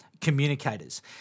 communicators